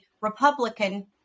Republican